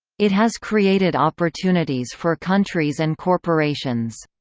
it has created opportunities for countries and corporations.